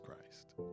Christ